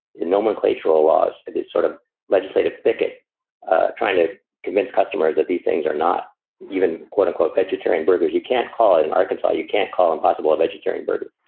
nomenclature ah laws this sort of legislative thicket trying to convince customers that these things are not even, quote unquote vegetarian burgers, you can't call it in arkansas. you can't call impossible a vegetarian burger.